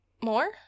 More